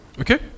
Okay